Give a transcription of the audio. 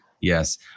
Yes